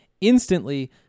instantly